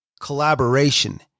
collaboration